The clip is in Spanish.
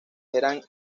eran